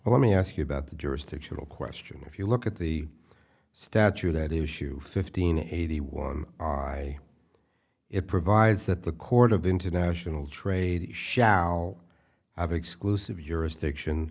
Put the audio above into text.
let me ask you about the jurisdictional question if you look at the statute that is shoe fifteen eighty one i it provides that the court of international trade shout have exclusive jurisdiction